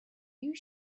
you